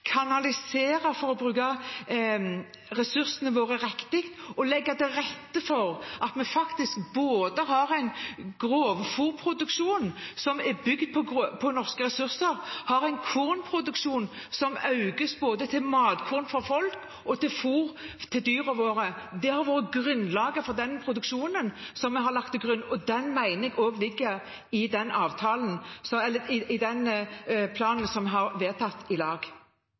kanalisere for å bruke ressursene våre riktig og legge til rette for at vi har både en grovfôrproduksjon som er bygd på norske ressurser, og en økt kornproduksjon av både matkorn for folk og fôr til dyrene våre. Det har vært grunnlaget for den produksjonen vi har lagt til grunn, og det mener jeg også ligger i den planen som vi har vedtatt i lag. I norsk politikk er 4 pst. kjent som